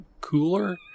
cooler